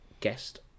guest